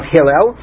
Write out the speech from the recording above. Hillel